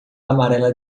amarela